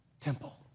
temple